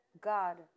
God